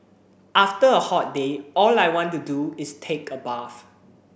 after a hot day all I want to do is take a bath